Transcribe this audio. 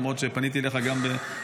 למרות שפניתי אליך גם בכתב,